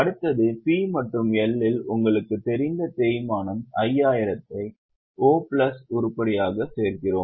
அடுத்தது P மற்றும் L இல் உங்களுக்குத் தெரிந்த தேய்மானம் 5000 O பிளஸ் உருப்படியைச் சேர்க்கிறோம்